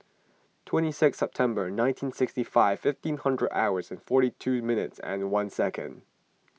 twenty six September nineteen sixty five fifteen hundred hours forty two minutes and one second